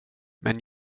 men